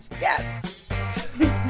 Yes